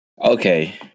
okay